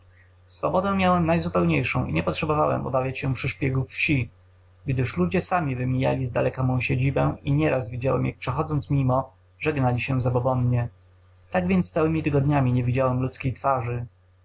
swobodę miałem najzupełniejszą i nie potrzebowałem obawiać się przyszpiegów wsi gdyż ludzie sami wymijali z daleka mą siedzibę i nieraz widziałem jak przechodząc mimo żegnali się zabobonnie tak więc całymi tygodniami nie widziałem ludzkiej twarzy